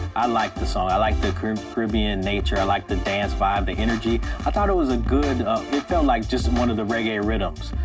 i liked the song. i liked the caribbean caribbean nature. i liked the dance vibe, the energy. i thought it was a good it felt like just and one of the reggae rhythms,